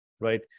right